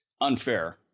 unfair